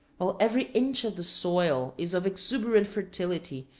while every inch of the soil is of exuberant fertility,